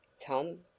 Tom